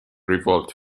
revolt